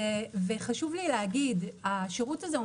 חשוב לי לומר שהשירות הזה,